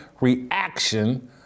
reaction